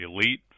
elite